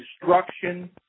destruction